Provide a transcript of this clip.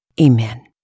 Amen